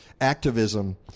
activism